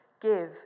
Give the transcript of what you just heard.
give